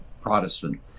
Protestant